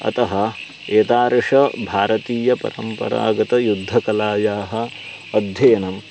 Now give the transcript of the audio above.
अतः एतादृशं भारतीयपरम्परागतयुद्धकलायाः अध्ययनम्